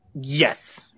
Yes